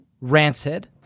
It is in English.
Rancid